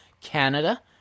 Canada